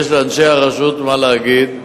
יש לאנשי הרשות מה להגיד,